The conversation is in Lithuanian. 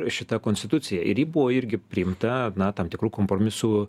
šita konstitucija ir ji buvo irgi priimta na tam tikrų kompromisų